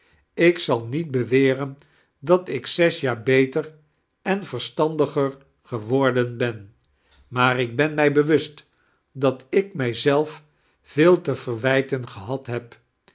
ik zal nieti beweren dat ik zes jaar beter en verstandiger geworden ben maar ik ben mij bewust dat ik mij zelf veel te verwijten gehad hob